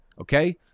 okay